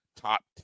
top